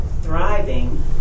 thriving